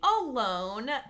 alone